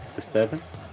disturbance